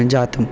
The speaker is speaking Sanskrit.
जातः